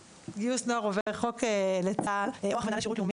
גיוס נוער עובר חוק לצה"ל או הכוונה לשירות לאומי.